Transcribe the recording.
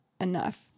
enough